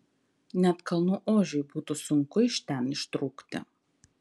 net kalnų ožiui būtų sunku iš ten ištrūkti